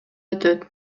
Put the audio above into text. өтөт